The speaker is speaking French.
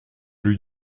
lui